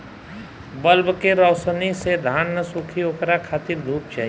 bulb के रौशनी से धान न सुखी ओकरा खातिर धूप चाही